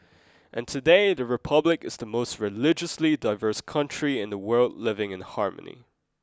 and today the republic is the most religiously diverse country in the world living in harmony